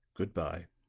good-by.